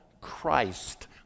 Christ